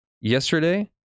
yesterday